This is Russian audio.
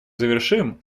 завершим